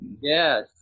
yes